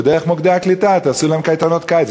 ודרך מוקדי הקליטה תעשו להם קייטנות קיץ,